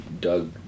Doug